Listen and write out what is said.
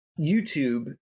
YouTube